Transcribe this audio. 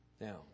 Now